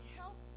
help